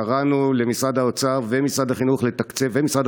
קראנו למשרד האוצר ומשרד החינוך ומשרד